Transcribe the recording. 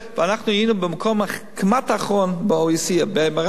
ואנחנו היינו במקום כמעט אחרון ב- OECDב-MRI,